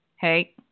Hey